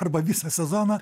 arba visą sezoną